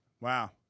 Wow